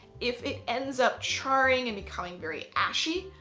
if it ends up charring and becoming very ashy,